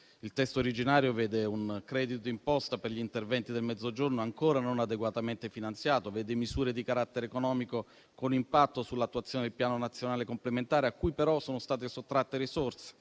Il testo originario vede un credito di imposta per gli interventi del Mezzogiorno ancora non adeguatamente finanziato; vede misure di carattere economico con impatto sull'attuazione del Piano nazionale complementare, a cui però sono state sottratte risorse,